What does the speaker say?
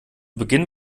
beginn